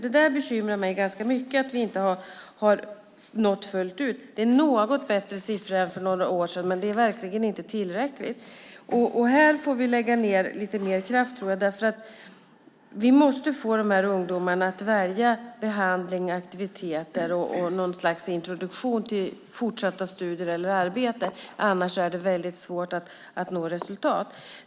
Det bekymrar mig ganska mycket att vi inte har nått fullt ut där. Siffrorna är något bättre än för några år sedan, men det är verkligen inte tillräckligt. Här får vi lägga ned lite mer kraft. Vi måste få de här ungdomarna att välja behandling, aktiviteter och något slags introduktion till fortsatta studier eller arbete. Annars är det svårt att nå resultat.